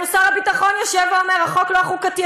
שר הביטחון יושב ואומר: החוק לא חוקתי,